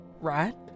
right